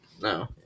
No